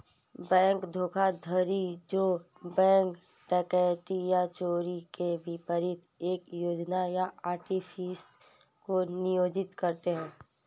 bank धोखाधड़ी जो bank डकैती या चोरी के विपरीत एक योजना या आर्टिफिस को नियोजित करते हैं